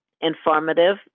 informative